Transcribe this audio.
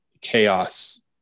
chaos